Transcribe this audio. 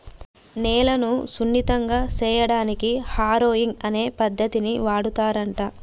నేలను సున్నితంగా సేయడానికి హారొయింగ్ అనే పద్దతిని వాడుతారంట